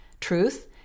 truth